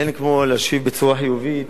אין כמו להשיב בצורה חיובית